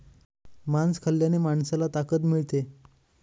मांस खाल्ल्याने माणसाला ताकद मिळते